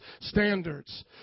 standards